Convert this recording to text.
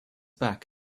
back